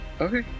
okay